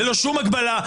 ללא שום הגבלה,